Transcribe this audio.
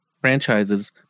franchises